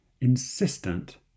insistent